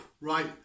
right